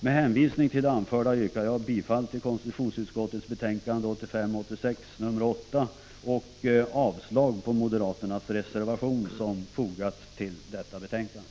Med hänvisning till det anförda yrkar jag bifall till konstitutionsutskottets hemställan i betänkande 1985/86:8 och avslag på moderaternas reservation som fogats till detta betänkande.